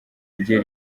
rye